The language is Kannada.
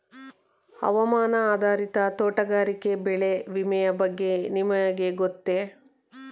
ಹವಾಮಾನ ಆಧಾರಿತ ತೋಟಗಾರಿಕೆ ಬೆಳೆ ವಿಮೆಯ ಬಗ್ಗೆ ನಿಮಗೆ ಗೊತ್ತೇ?